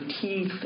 teeth